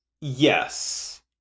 yes